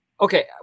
Okay